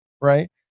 right